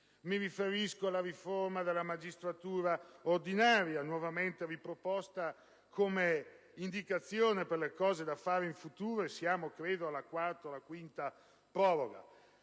mi riferisco alla riforma della magistratura ordinaria, nuovamente riproposta come indicazione delle cose da fare in futuro (e siamo - credo - alla quarta o quinta proroga).